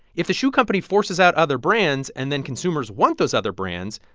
if the shoe company forces out other brands and then consumers want those other brands,